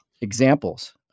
examples